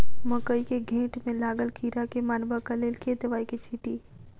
मकई केँ घेँट मे लागल कीड़ा केँ मारबाक लेल केँ दवाई केँ छीटि?